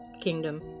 kingdom